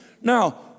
Now